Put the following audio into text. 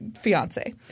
fiance